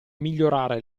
migliorare